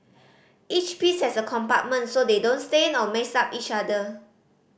each piece has a compartment so they don't stain or mess up each other